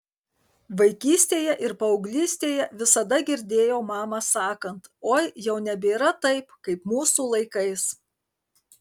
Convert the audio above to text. vaikystėje ir paauglystėje visada girdėjau mamą sakant oi jau nebėra taip kaip mūsų laikais